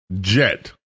jet